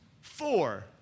Four